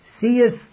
Seest